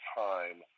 time